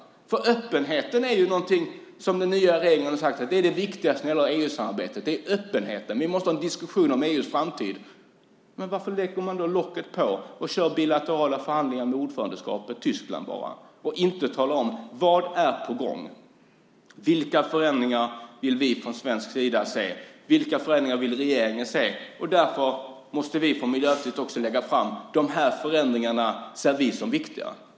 Den nya regeringen har ju sagt att öppenheten är det viktigaste när det gäller EU-samarbetet och att vi måste ha en diskussion om EU:s framtid. Men varför lägger man då locket på och kör bilaterala förhandlingar med bara ordförandelandet Tyskland och inte talar om vad som är på gång och vilka förändringar som vi från svensk sida vill se och vilka förändringar som regeringen vill se? Därför måste vi från Miljöpartiet föra fram att vi ser dessa förändringar som viktiga.